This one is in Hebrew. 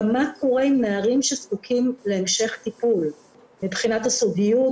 גם מה קורה עם נערים שזקוקים להמשך טיפול מבחינת הסודיות,